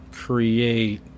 create